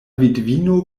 vidvino